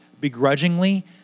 begrudgingly